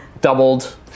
Doubled